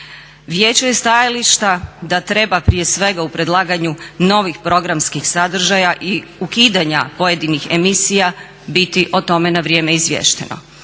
Vijeće je stajališta da treba prije svega u predlaganju novih programskih sadržaja i ukidanja pojedinih emisija biti o tome na vrijeme izvješteno.